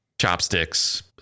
chopsticks